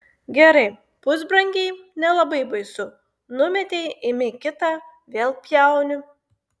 gerai pusbrangiai nelabai baisu numetei imi kitą vėl pjauni